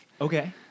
Okay